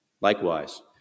Likewise